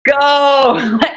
go